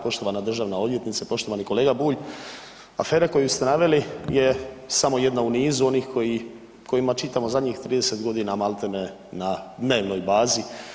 Poštovana državna odvjetnice, poštovani kolege Bulj, afera koju ste naveli je samo jedna u nizu onih koji, o kojima čitamo zadnjih 30 godina maltene na dnevnoj bazi.